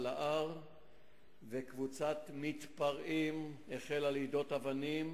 להר וקבוצת מתפרעים החלה ליידות אבנים,